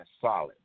solid